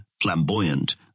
flamboyant